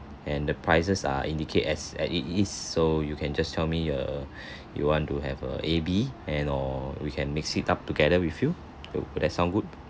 and the prices are indicate as as it is so you can just tell me err you want to have err A B and or we can mix it up together with you would that sound good